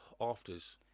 afters